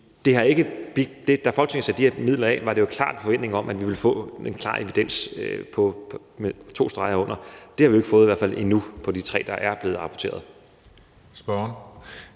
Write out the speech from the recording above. da Folketinget satte de her midler af, var det jo med en klar forventning om, at vi ville få en klar evidens med to streger under. Det har vi ikke fået – i hvert fald endnu – i forhold til de tre projekter,